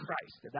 Christ